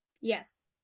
Yes